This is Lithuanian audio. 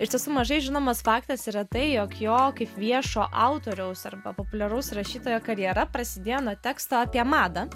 iš tiesų mažai žinomas faktas yra tai jog jo kaip viešo autoriaus arba populiaraus rašytojo karjera prasidėjo nuo teksto apie madą